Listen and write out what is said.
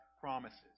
promises